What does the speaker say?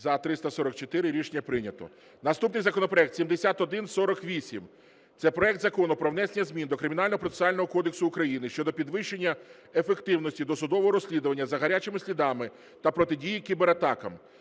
За – 344 Рішення прийнято. Наступний законопроект 7148. Це проект Закону про внесення змін до Кримінального процесуального кодексу України щодо підвищення ефективності досудового розслідування за "гарячими слідами" та протидії кібератакам.